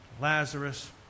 Lazarus